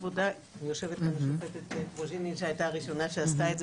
נמצאת פה השופטת פרוז'ינין שהייתה הראשונה שעשתה את זה